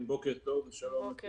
אז הגיעה העת לפתוח את השמיים.